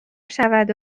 شود